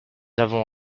avons